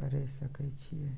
करें सकय छियै?